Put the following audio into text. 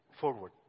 forward